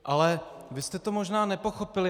Ale vy jste to možná nepochopili.